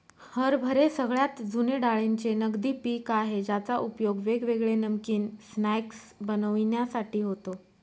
हरभरे सगळ्यात जुने डाळींचे नगदी पिक आहे ज्याचा उपयोग वेगवेगळे नमकीन स्नाय्क्स बनविण्यासाठी होतो